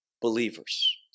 Believers